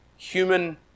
human